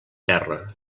terra